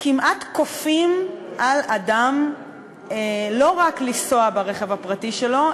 כמעט כופים על אדם לא רק לנסוע ברכב הפרטי שלו,